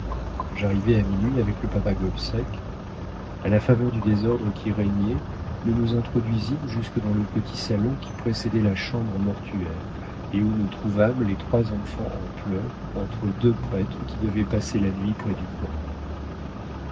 j'arrivai à minuit avec le papa gobseck a la faveur du désordre qui régnait nous nous introduisîmes jusque dans le petit salon qui précédait la chambre mortuaire et où nous trouvâmes les trois enfants en pleurs entre deux prêtres qui devaient passer la nuit près du corps